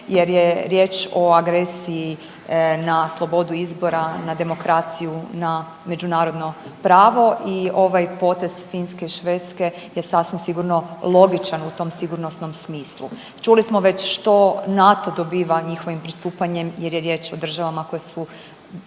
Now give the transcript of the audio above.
jer je riječ o agresiji na slobodu izbora, na demokraciju, na međunarodno pravo i ovaj potez Finske i Švedske je sasvim sigurno logičan u tom sigurnosnom smislu. Čuli smo već što NATO dobiva njihovim pristupanjem jer je riječ o državama koje su